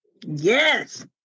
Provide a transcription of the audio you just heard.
Yes